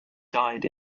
died